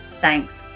Thanks